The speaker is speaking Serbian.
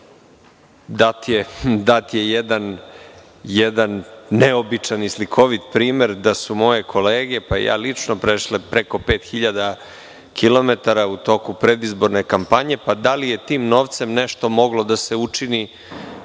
dat je jedan neobičan i slikovit primer da su moje kolege pa i ja lično prešle preko pet hiljada kilometara u toku predizborne kampanje, pa da li je tim novcem nešto moglo da se učini